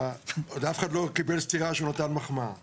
עוד אף אחד לא קיבל סטירה כשהוא נתן מחמאה.